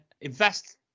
invest